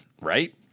Right